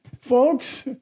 folks